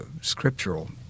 scriptural